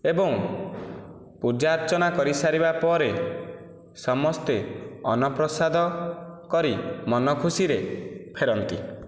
ଏବଂ ପୂଜାର୍ଚ୍ଚନା କରିସାରିବାପରେ ସମସ୍ତେ ଅନ୍ନ ପ୍ରସାଦ କରି ମନ ଖୁସିରେ ଫେରନ୍ତି